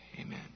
Amen